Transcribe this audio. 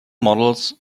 models